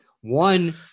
one